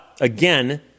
again